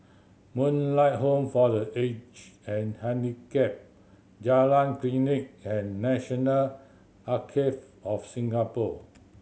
Moonlight Home for The Aged and Handicapped Jalan Klinik and National Archives of Singapore